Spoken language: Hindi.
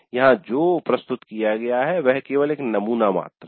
यहाँ जो प्रस्तुत किया गया है वह केवल एक नमूना मात्र है